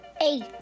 Eight